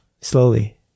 slowly